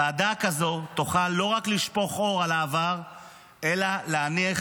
ועדה כזו תוכל לא רק לשפוך אור על העבר אלא להניח